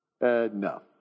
no